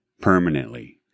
permanently